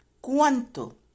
¿Cuánto